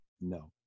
No